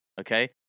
okay